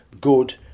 good